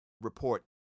report